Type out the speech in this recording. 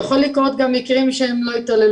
זה יכול גם מקרים שהם לא התעללות,